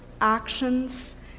actions